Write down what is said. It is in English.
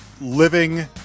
living